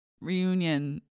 reunion